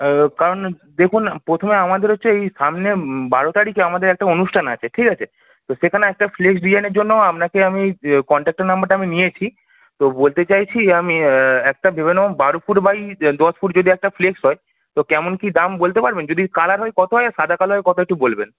ও কারণ দেখুন প্রথমে আমাদের হচ্ছে এই সামনে বারো তারিকে আমাদের একটা অনুষ্ঠান আছে ঠিক আছে তো সেখানে একটা ফ্লেক্স ডিজাইনের জন্য আপনাকে আমি কনট্যাক্টের নম্বরটা আমি নিয়েছি তো বলতে চাইছি আমি একটা ভেবে নাও বারো ফুট বাই দশ ফুট যদি একটা ফ্লেক্স হয় তো কেমন কী দাম বলতে পারবেন যদি কালার হয় কতো হয় আর সাদা কালো হয় কতো হয় একটু বলবেন